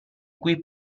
quei